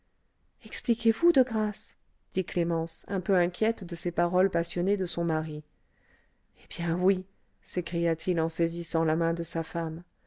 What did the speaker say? expliquez-vous de grâce dit clémence un peu inquiète de ces paroles passionnées de son mari eh bien oui s'écria-t-il en saisissant la main de sa femme